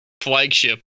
flagship